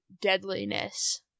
deadliness